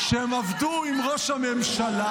-- שהם עבדו עם ראש הממשלה,